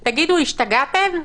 תגידו, השתגעתם?